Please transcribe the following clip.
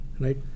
right